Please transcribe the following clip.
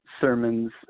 sermons